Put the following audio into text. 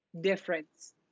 difference